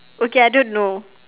okay I don't know